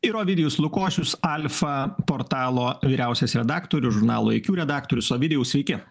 ir ovidijus lukošius alfa portalo vyriausias redaktorius žurnalo iq redaktorius ovidijau sveiki